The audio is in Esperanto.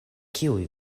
kiuj